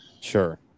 Sure